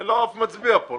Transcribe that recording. אין לו אף מצביע פה.